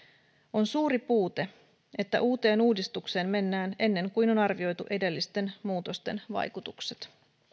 on suuri puute että uuteen uudistukseen mennään ennen kuin on arvioitu edellisten muutosten vaikutukset